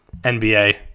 NBA